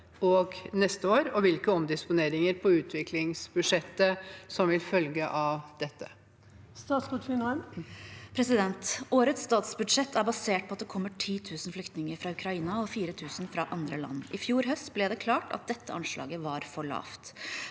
og neste år, og hvilke omdisponeringer på utviklingsbudsjettet som vil følge av dette?» Statsråd Anne Beathe Kristiansen Tvinnereim Årets statsbudsjett er basert på at det kom- mer 10 000 flyktninger fra Ukraina og 4 000 fra andre land. I fjor høst ble det klart at dette anslaget var for lavt.